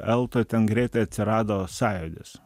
eltoj ten greitai atsirado sąjūdis